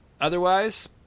Otherwise